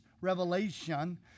revelation